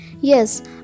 Yes